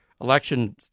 election